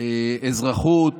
אזרחות